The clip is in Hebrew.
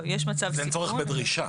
אין צורך בדרישה.